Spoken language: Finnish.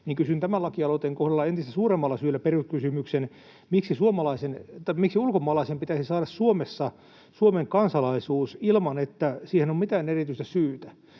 niin kysyn tämän lakialoitteen kohdalla entistä suuremmalla syyllä peruskysymyksen: miksi ulkomaalaisen pitäisi saada Suomessa Suomen kansalaisuus ilman että siihen on mitään erityistä syytä?